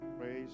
Praise